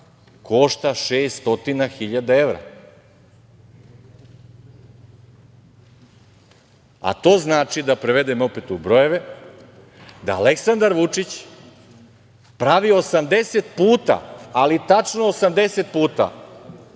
košta 600 hiljada evra. To znači, da prevedem opet u brojeve, da Aleksandar Vučić pravi 80 puta, ali tačno 80 puta